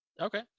okay